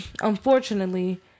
unfortunately